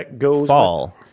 fall